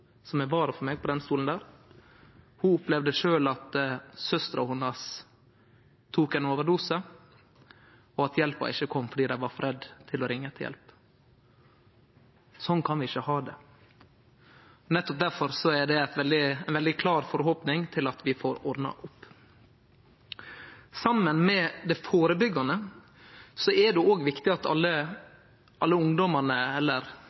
opplevde sjølv at søstera tok ein overdose, og at hjelpa ikkje kom fordi dei var for redde til å ringje etter hjelp. Sånn kan vi ikkje ha det. Nettopp difor er det ei veldig klar forhåpning om at vi får ordna opp. Saman med det førebyggjande er det òg viktig at alle ungdomane,